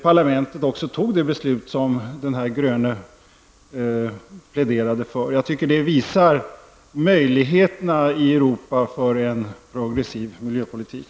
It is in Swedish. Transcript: Parlamentet fattade det beslut som den gröne pläderade för. Det tycker jag visar på möjligheterna i Europa för en progressiv miljöpolitik.